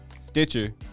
Stitcher